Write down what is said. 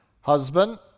husband